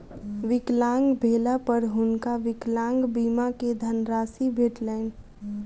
विकलांग भेला पर हुनका विकलांग बीमा के धनराशि भेटलैन